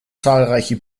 zahlreiche